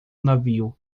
navio